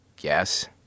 Yes